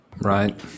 Right